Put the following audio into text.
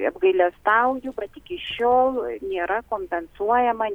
apgailestauju iki šiol nėra kompensuojama